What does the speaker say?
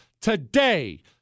Today